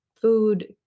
food